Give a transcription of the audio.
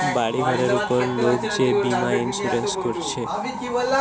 বাড়ি ঘরের উপর লোক যে বীমা ইন্সুরেন্স কোরছে